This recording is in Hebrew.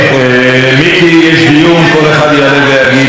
מיקי, יש דיון, כל אחד יעלה ויגיד את דברו.